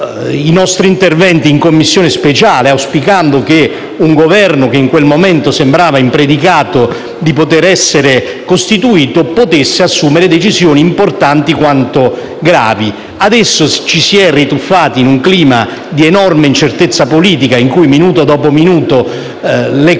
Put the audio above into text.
i nostri interventi in sede di Commissione speciale auspicando che un Governo, che in quel momento sembrava in predicato di poter essere costituito, potesse assumere decisioni importanti quanto gravi. Adesso ci siamo rituffati in un clima di enorme incertezza politica in cui, minuto dopo minuto, le cose